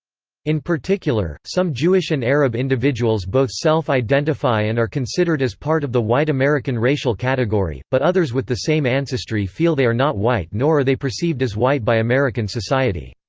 in particular, some jewish and arab individuals both self-identify and are considered as part of the white american racial category, but others with the same ancestry feel they are not white nor are they perceived as white by american society.